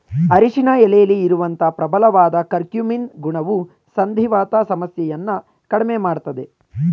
ಅರಿಶಿನ ಎಲೆಲಿ ಇರುವಂತ ಪ್ರಬಲವಾದ ಕರ್ಕ್ಯೂಮಿನ್ ಗುಣವು ಸಂಧಿವಾತ ಸಮಸ್ಯೆಯನ್ನ ಕಡ್ಮೆ ಮಾಡ್ತದೆ